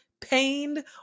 pained